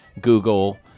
google